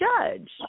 judge